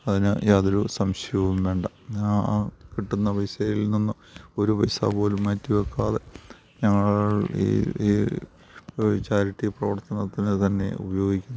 അതിന് യാതൊരു സംശയവും വേണ്ട ആ കിട്ടുന്ന പൈസയിൽനിന്ന് ഒരു പൈസാപോലും മാറ്റിവെക്കാതെ ഞങ്ങൾ ഈ ഈ ചാരിറ്റി പ്രവർത്തനത്തിന് തന്നെ ഉപയോഗിക്കുന്നതാണ്